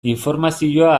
informazioa